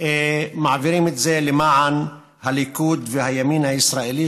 מעבירים את זה למען הליכוד והימין הישראלי,